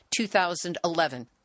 2011